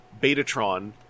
Betatron